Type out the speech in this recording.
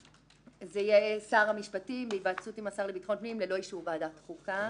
זה יהיה שר המשפטים בהיוועצות השר לביטחון פנים ללא אישור ועדת חוקה.